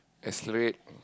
accelerate